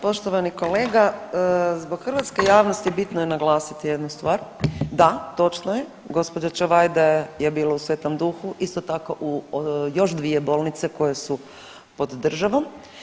Poštovani kolega zbog hrvatske javnosti bitno je naglasiti jednu stvar, da točno je gospođa Čavajda je bila u Sv.Duhu, isto tako u još dvije bolnice koje su pod državom.